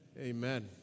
amen